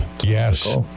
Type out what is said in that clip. Yes